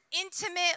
intimate